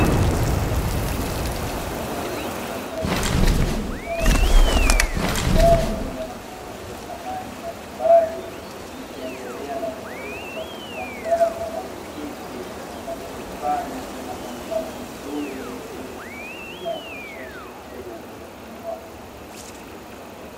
Duka linalojishughulisha na shughuli ya kuandaa pamoja na kuuza samani mbalimbali likiendelea na zoezi la kuziandaa samani hizi na kuzifanya ziwe na muonekano mzuri, ili ziweze kumvutia na kumshawishi mteja kuzinunua.